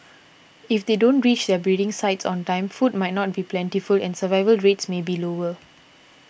if they don't reach their breeding sites on time food might not be plentiful and survival rates may be lower